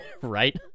right